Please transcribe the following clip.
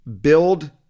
Build